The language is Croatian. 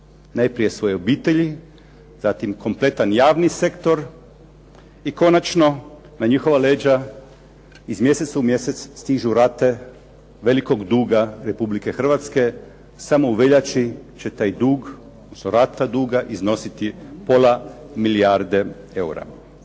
najprije svoje obitelji, zatim kompletan javni sektor i konačno na njihova leđa iz mjeseca u mjesec stižu rate velikog duga Republike Hrvatske. Samo u veljači će taj dug, odnosno rata duga iznositi pola milijarde eura.